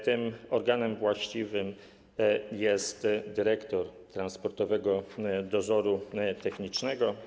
Tym organem właściwym jest dyrektor Transportowego Dozoru Technicznego.